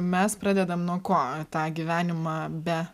mes pradedam nuo ko tą gyvenimą be